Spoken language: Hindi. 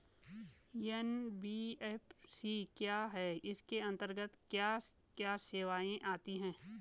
एन.बी.एफ.सी क्या है इसके अंतर्गत क्या क्या सेवाएँ आती हैं?